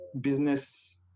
business